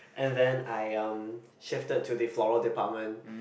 and then I um shifted to the floral department